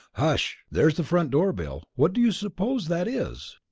hush! there's the front-door bell what do you suppose that is?